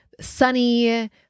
sunny